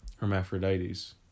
Hermaphrodites